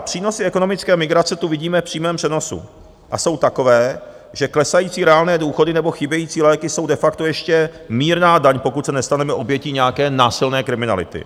Přínosy ekonomické migrace tu vidíme v přímém přenosu a jsou takové, že klesající reálné důchody nebo chybějící léky jsou de facto ještě mírná daň, pokud se nestaneme obětí nějaké násilné kriminality.